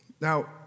now